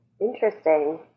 Interesting